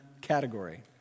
category